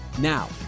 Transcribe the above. Now